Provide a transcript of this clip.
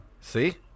see